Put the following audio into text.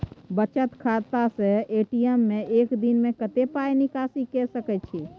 बचत खाता स ए.टी.एम से एक दिन में कत्ते पाई निकासी के सके छि?